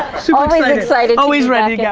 super excited, always ready yeah